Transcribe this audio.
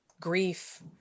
grief